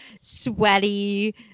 sweaty